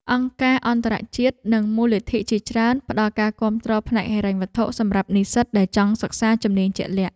អង្គការអន្តរជាតិនិងមូលនិធិជាច្រើនផ្តល់ការគាំទ្រផ្នែកហិរញ្ញវត្ថុសម្រាប់និស្សិតដែលចង់សិក្សាជំនាញជាក់លាក់។